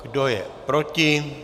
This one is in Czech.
Kdo je proti?